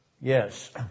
Yes